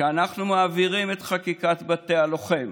שאנחנו מעבירים את חקיקת בתי הלוחם